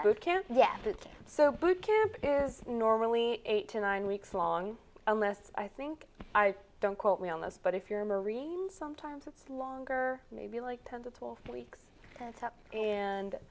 boot camp yes it's so boot camp is normally eight to nine weeks long illness i think i don't quote me on this but if you're a marine sometimes it's longer maybe like ten to twelve weeks and